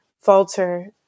falter